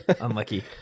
Unlucky